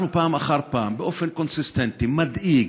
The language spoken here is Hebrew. פעם אחר פעם, באופן קונסיסטנטי, מדאיג,